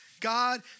God